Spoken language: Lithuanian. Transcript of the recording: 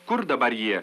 kur dabar jie